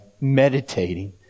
meditating